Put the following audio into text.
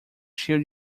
cheio